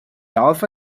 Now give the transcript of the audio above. alpha